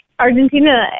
Argentina